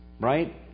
Right